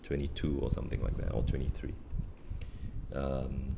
twenty two or something like that or twenty three um